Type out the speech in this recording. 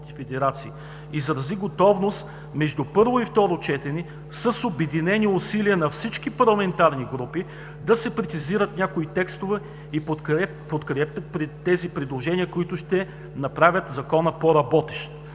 Изрази готовност между първо и второ четене с обединените усилия на всички парламентарни групи да се прецизират някои текстове и подкрепят тези предложения, които ще направят Закона по-работещ.